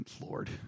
Lord